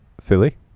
Philly